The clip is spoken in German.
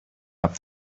habt